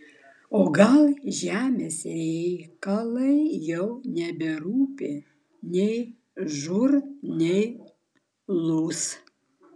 o gal žemės reikalai jau neberūpi nei žūr nei lūs